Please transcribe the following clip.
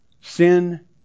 Sin